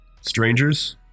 strangers